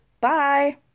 Bye